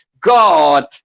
God